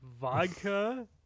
Vodka